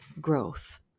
growth